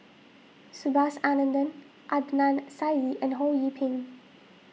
Subhas Anandan Adnan Saidi and Ho Yee Ping